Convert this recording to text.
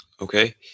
Okay